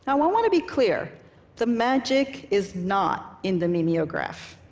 and want want to be clear the magic is not in the mimeograph.